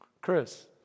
Chris